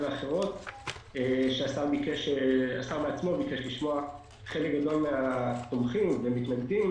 ואחרות שהשר בעצמו ביקש לשמע חלק גדול מהתומכים והמתנגדים.